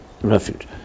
Refuge